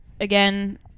again